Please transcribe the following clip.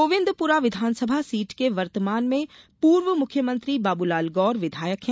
गोविन्दपुरा विधानसभा सीट से वर्तमान में पूर्व मुख्यमंत्री बाबूलाल गौर विधायक हैं